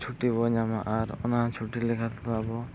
ᱪᱷᱩᱴᱤ ᱵᱚᱱ ᱧᱟᱢᱟ ᱟᱨ ᱚᱱᱟ ᱪᱷᱩᱴᱤ ᱞᱮᱠᱟ ᱛᱮᱫᱚ ᱟᱵᱚ